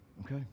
okay